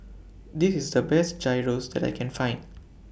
This IS The Best Gyros that I Can Find